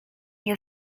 nie